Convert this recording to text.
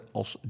als